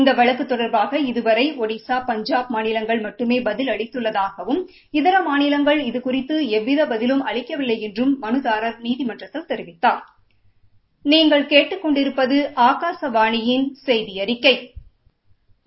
இந்த வழக்கு தொடர்பாக இதுவரை ஷடிஸா பஞ்சாப் மாநிஷங்கள் மட்டுமே பதில் அளித்துள்ளதாகவும் இதர மாநிலங்கள் இது குறித்து எந்தவித பதிலும் அளிக்கவில்லை என்றும் மனுதாரா் நீதிமன்றத்தில் தெரிவித்தாா்